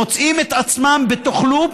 מוצאים את עצמם בתוך לופ